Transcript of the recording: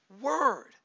word